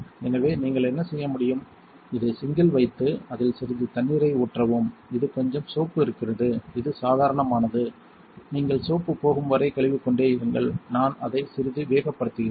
எனவே நீங்கள் என்ன செய்ய முடியும் இதை சிங்கில் வைத்து அதில் சிறிது தண்ணீர் ஊற்றவும் இது கொஞ்சம் சோப்பு இருக்கிறது இது சாதாரணமானது நீங்கள் சோப்பு போகும் வரை கழுவிக்கொண்டே இருங்கள் நான் அதை சிறிது வேகப்படுத்துகிறேன்